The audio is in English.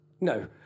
No